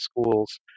schools